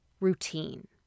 routine